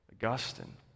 Augustine